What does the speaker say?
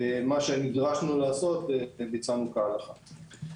מה שנדרשנו לעשות, ביצענו כהלכה.